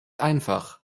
einfach